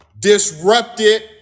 disrupted